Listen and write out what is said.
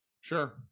sure